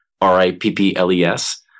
r-i-p-p-l-e-s